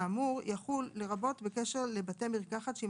האמור יחול לרבות בקשר לבתי מרקחת שהיא